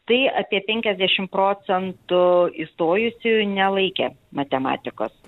tai apie penkiasdešim procentų įstojusiųjų nelaikė matematikos